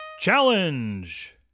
challenge